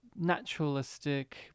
naturalistic